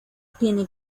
tiene